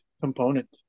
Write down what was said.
component